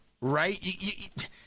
right